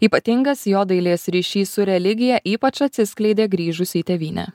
ypatingas jo dailės ryšys su religija ypač atsiskleidė grįžusi į tėvynę